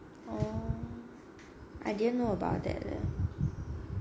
oh I didn't know about that leh